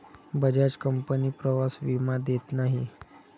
Bajaj company प्रवास विमा देत नाही